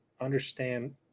understand